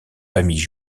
famille